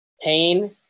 pain